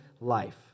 life